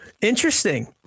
Interesting